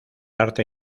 arte